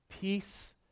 peace